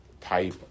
type